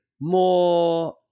more